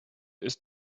ist